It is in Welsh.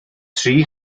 tri